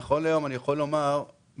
נכון להיום אני יכול לומר בוודאות